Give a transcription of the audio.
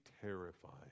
terrified